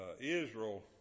Israel